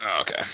Okay